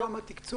כמה תקצוב?